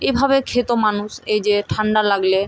এভাবে খেত মানুষ এই যে ঠান্ডা লাগলে